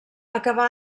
acabà